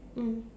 mmhmm